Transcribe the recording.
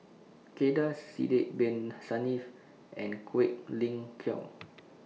Kay Das Sidek Bin Saniff and Quek Ling Kiong